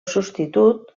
substitut